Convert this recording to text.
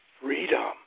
freedom